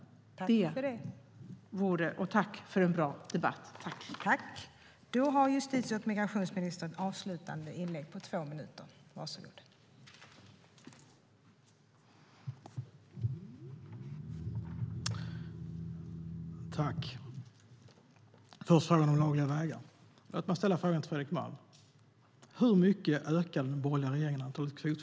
Tack för en bra debatt!